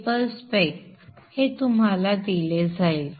ripple spec हे तुम्हाला दिले जाईल